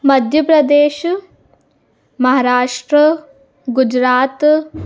Madhya Pradesh Maharashtra Gujarat